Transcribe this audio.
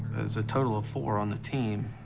there's a total of four on the team,